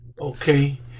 okay